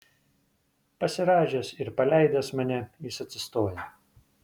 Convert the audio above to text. pasirąžęs ir paleidęs mane jis atsistoja